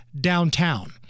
downtown